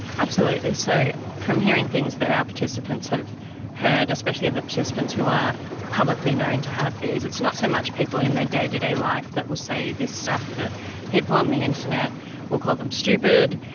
absolutely. so from hearing things that our participants have heard, especially the participants who are publicly known to have these, it's not so much people in their day-to-day life that will say this stuff but people on the internet will call them stupid.